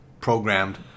programmed